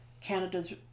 canada's